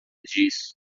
disso